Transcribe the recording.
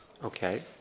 Okay